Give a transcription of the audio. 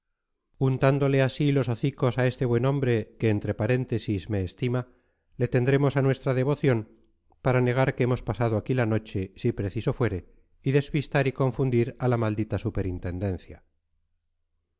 untándole así los hocicos a este buen hombre que entre paréntesis me estima le tendremos a nuestra devoción para negar que hemos pasado aquí la noche si preciso fuere y despistar y confundir a la maldita superintendencia